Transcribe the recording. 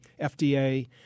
FDA